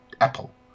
Apple